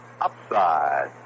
Upside